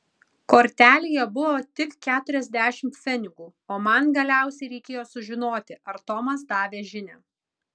kortelėje buvo tik keturiasdešimt pfenigų o man galiausiai reikėjo sužinoti ar tomas davė žinią